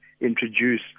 introduce